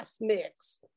mix